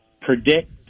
predict